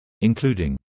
including